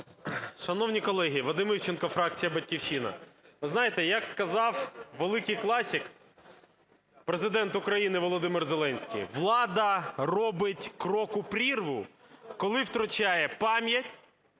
Шановні колеги, Вадим Івченко, фракція "Батьківщина". Ви знаєте, як сказав великий класик - Президент України Володимир Зеленський: влада робить крок у прірву, коли втрачає пам'ять,